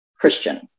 Christian